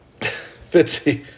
Fitzy